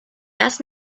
asked